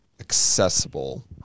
accessible